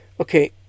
Okay